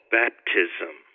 baptism